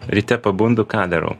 ryte pabundu ką darau